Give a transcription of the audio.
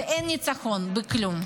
ואין ניצחון בכלום.